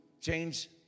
change